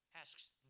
asks